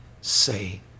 say